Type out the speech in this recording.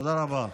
תודה רבה.